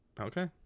Okay